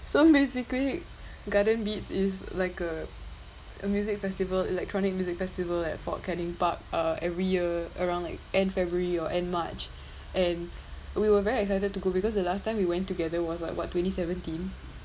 so basically garden beats is like a a music festival electronic music festival at fort canning park uh every year around like end february or end march and we were very excited to go because the last time we went together was like what twenty seventeen